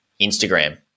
Instagram